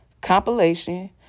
compilation